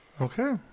Okay